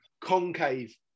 Concave